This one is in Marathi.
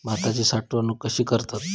भाताची साठवूनक कशी करतत?